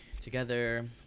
together